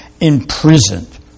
imprisoned